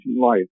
life